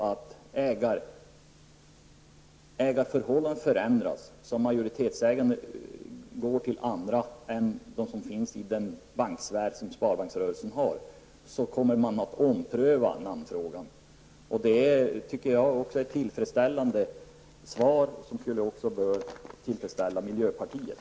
Om det visar sig att ägarförhållandet förändras och majoritetsägandet går till andra än de som finns inom sparbanksrörelsens banksfär, kommer man att ompröva namnfrågan. Det tycker jag är ett tillfredsställande svar. Det bör även tillfredsställa miljöpartiet.